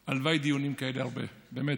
הלוואי שיהיו דיונים כאלה, הרבה, באמת.